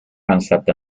concept